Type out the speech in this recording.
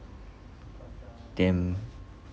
them